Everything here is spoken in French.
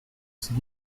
sais